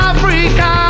Africa